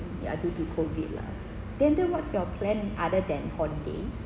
ya due to covid lah then then what's your plan other than holidays